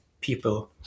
people